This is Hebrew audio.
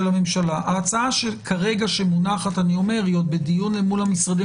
ההצעה כרגע שמונחת היא עוד בדיון מול המשרדים